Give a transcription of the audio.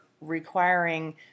requiring